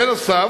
בנוסף,